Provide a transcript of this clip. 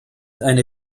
eine